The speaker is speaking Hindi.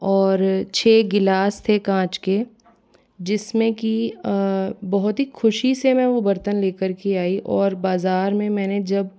और छः गिलास थे काँच के जिसमें की बहुत ही खुशी से मैं वह बर्तन ले कर के आई और बाज़ार में मैंने जब